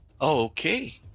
Okay